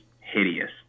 hideous